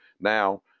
Now